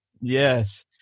Yes